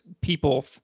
people